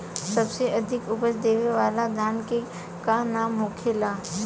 सबसे अधिक उपज देवे वाला धान के का नाम होखे ला?